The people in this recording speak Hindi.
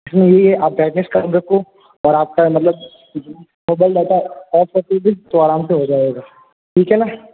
इसमें यही है आप ब्राइटनेस कम रखो और आपका मतलब मोबाइल डाटा ऑफ़ रखोगी तो आराम से हो जाएगा ठीक है ना